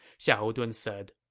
xiahou dun said